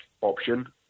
option